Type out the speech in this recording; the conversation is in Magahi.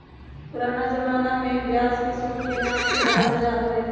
पुराना जमाना में ब्याज के सूद के नाम से जानल जा हलय